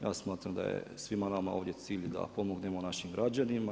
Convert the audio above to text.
Ja smatram da je svima nama ovdje cilj da pomognemo našim građanima.